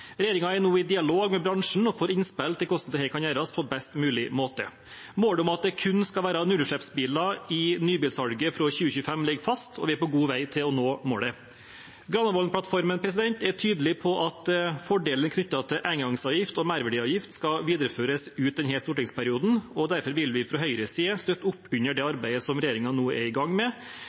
er nå i dialog med bransjen og får innspill til hvordan dette kan gjøres på best mulig måte. Målet om at det kun skal være nullutslippsbiler i nybilsalget fra 2025, ligger fast, og vi er på god vei til å nå målet. Granavolden-plattformen er tydelig på at fordelene som er knyttet til engangsavgift og merverdiavgift, skal videreføres ut denne stortingsperioden. Derfor vil vi fra Høyres side støtte opp under det arbeidet som regjeringen nå er i gang med.